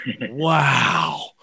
Wow